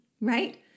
right